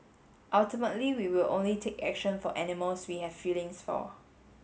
ultimately we will only take action for animals we have feelings for